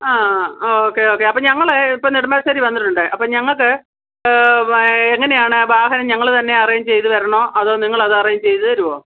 ആ okay okay അപ്പോൾ ഞങ്ങൾ ഇപ്പോൾ നെടുമ്പാശ്ശേരി വന്നിട്ടുണ്ട് അപ്പം ഞങ്ങൾക്ക് എങ്ങനെയാണ് വാഹനം ഞങ്ങൾ തന്നെ അറേഞ്ച് ചെയ്തു തരണോ അതോ നിങ്ങൾ അത് അറേഞ്ച് ചെയ്തു തരുമോ